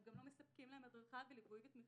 הם גם לא מספקים להם הדרכה, ליווי ותמיכה.